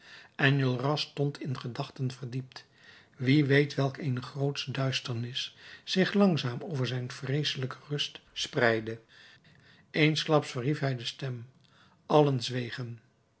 enjolras stond in gedachten verdiept wie weet welk een grootsche duisternis zich langzaam over zijn vreeselijke rust spreidde eensklaps verhief hij de stem allen zwegen